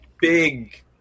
big